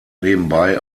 nebenbei